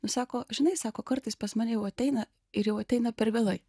nu sako žinai sako kartais pas mane jau ateina ir jau ateina per vėlai